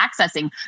accessing